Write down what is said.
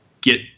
get